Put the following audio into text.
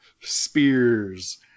Spears